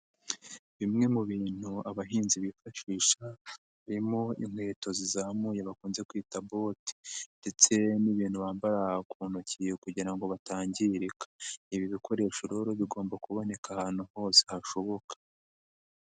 Bimwe mu bintu abahinzi bifashisha harimo inkweto zizamuye bakunze kwita bote ndetse n'ibintu bambara ku ntoki kugira ngo batangirika, ibi bikoresho rero bigomba kuboneka ahantu hose hashoboka.